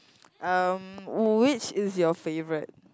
um which is your favourite